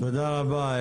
תודה רבה.